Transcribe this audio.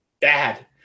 Bad